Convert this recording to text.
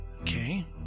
Okay